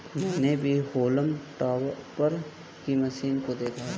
मैंने भी haulm topper की मशीन को देखा है